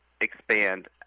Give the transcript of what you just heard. expand